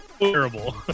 Terrible